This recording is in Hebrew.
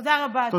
תודה רבה, אדוני.